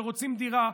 שרוצים דירה,